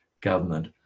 government